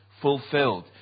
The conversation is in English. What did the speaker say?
fulfilled